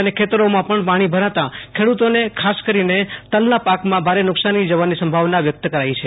અને ખેતરોમાં પણ પાણી ભરાતા ખેડુતોને ખાસ કરીને તલના પાકમાં ભારે નુકસાની જવાની સંભાવના વ્યક્ત કરી હતી